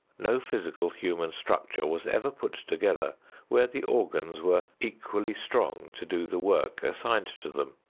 no physical human structure was ever put together where the organs were equally strong to do the work assigned to them.